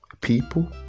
people